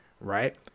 right